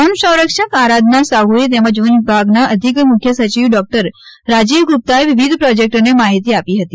વનસંરક્ષક આરાધના સાહ્યે તેમજ વનવિભાગના અધિક મુખ્ય સચિવ ડોકટર રાજીવ ગુપ્તાએ વિવિધ પ્રોજેક્ટની માહિતી આપી હતી